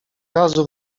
razu